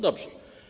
Dobrze.